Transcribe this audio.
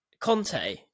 conte